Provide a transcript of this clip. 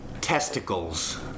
testicles